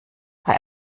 bei